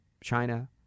China